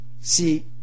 see